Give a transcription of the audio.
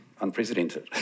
Unprecedented